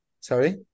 Sorry